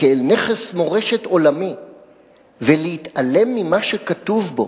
כאל נכס מורשת עולמית ולהתעלם ממה שכתוב בו,